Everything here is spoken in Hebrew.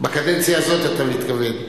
תודה רבה.